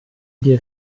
die